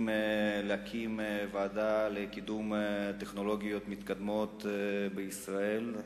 להקים ועדה לקידום טכנולוגיות מתקדמות בישראל,